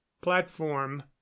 platform